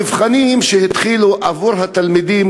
המבחנים שהתחילו עבור התלמידים,